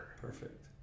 Perfect